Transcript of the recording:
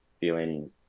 Feeling